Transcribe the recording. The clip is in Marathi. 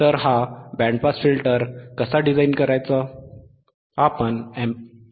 तर हा बँड पास फिल्टर कसा डिझाइन करायचा